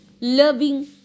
loving